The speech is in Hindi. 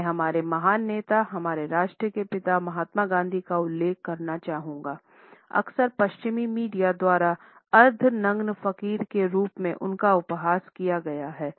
मैं हमारे महान नेता हमारे राष्ट्र के पिता महात्मा गांधी का उल्लेख करना चाहूंगा अक्सर पश्चिमी मीडिया द्वारा अर्ध नग्न फकीर के रूप में उनका उपहास किया गया था